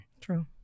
True